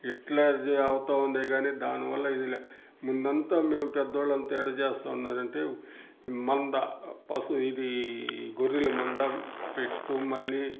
ఇట్లా అది అవుతావుందే గానీ దాని వల్ల ఇది లే ముందంతా మేం పెద్దోళ్ళంతా ఎట్ట చేస్తావున్నారంటే మంద పశు ఇది గొర్రెల మంద పెడ్తూ మళ్ళీ